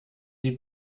die